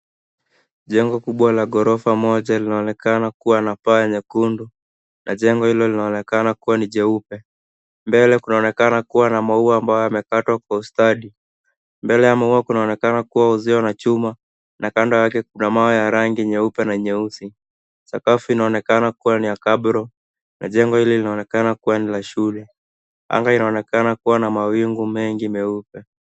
Jengo kubwa la ghorofa moja linaonekana kuwa na paa nyekundu na jengo hilo linaonekana kuwa ni jeupe. Mbele kunaonekana kuwa na maua ambayo yamekatwa kwa ustadi. Mbele ya maua kunaonekana kuwa uzio na chuma, na kando yake kuna mawe ya rangi nyeupe na nyeusi. Sakafu inaonekana kuwani ya cabro na jengo hili linaonekana kuwa ni la shule. Anga inaonekana kuwa na mawingu mengi meupe.